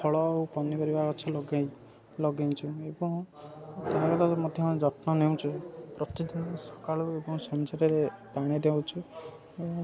ଫଳ ଓ ପନିପରିବା ଗଛ ଲଗାଇ ଲଗେଇଁଛୁ ଏବଂ ତା'ର ମଧ୍ୟ ଯତ୍ନ ନେଉଛୁ ପ୍ରତିଦିନି ସକାଳୁ ଏବଂ ସଞ୍ଜରେ ପାଣି ଦେଉଁଛୁ ଏବଂ